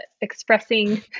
expressing